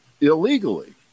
illegally